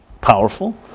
powerful